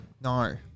No